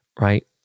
right